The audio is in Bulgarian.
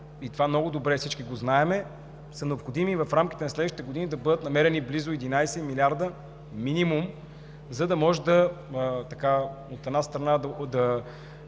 – това много добре всички го знаем, е необходимо в рамките на следващите години да бъдат намерени близо 11 милиарда минимум, за да може, от една страна, да